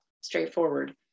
straightforward